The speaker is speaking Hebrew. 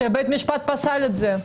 בית המשפט פסל את זה.